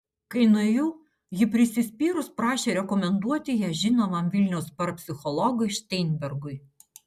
kai nuėjau ji prisispyrus prašė rekomenduoti ją žinomam vilniaus parapsichologui šteinbergui